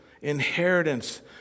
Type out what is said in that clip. inheritance